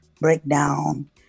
breakdown